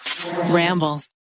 Ramble